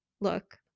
look